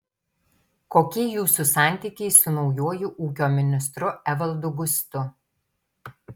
kokie jūsų santykiai su naujuoju ūkio ministru evaldu gustu